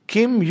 Kim